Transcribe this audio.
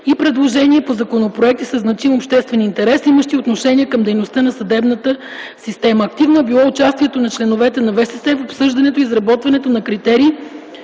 и предложения по законопроекти със значим обществен интерес, имащи отношение към дейността на съдебната система. Активно е било участието на членове на ВСС в обсъждането и изработването на критерии